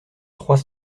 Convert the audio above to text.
trois